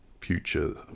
future